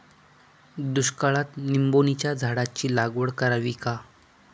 दुष्काळात निंबोणीच्या झाडाची लागवड करावी का?